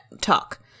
talk